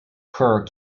kerr